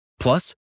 Plus